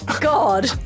God